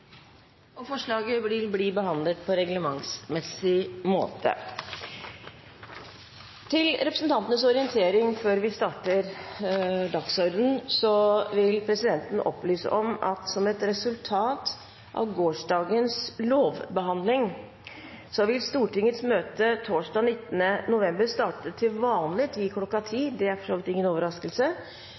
Forslaget vil bli behandlet på reglementsmessig måte. Til representantenes orientering: Før vi begynner på dagsordenen, vil presidenten opplyse om at som et resultat av gårsdagens lovbehandling vil Stortingets møte torsdag den 19. november starte til vanlig tid kl. 10 – det er for så vidt ingen overraskelse.